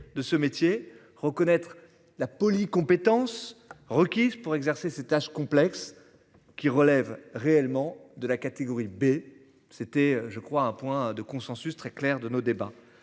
de ce métier reconnaître la poly-compétence requise pour exercer ses tâches complexes qui relève réellement de la catégorie B, c'était je crois un point de consensus très clair de nos débats